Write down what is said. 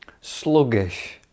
Sluggish